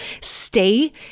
stay